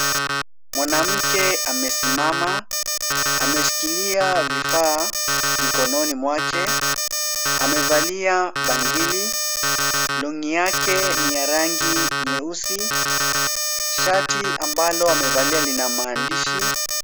Mwanamke amesimama, ameshikilia vifaa mikononi mwake. Amevalia bangili. Long'i yake ni ya rangi nyeusi. Shati ambalo amevalia lina maandishi.